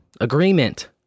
agreement